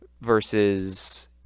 versus